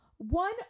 One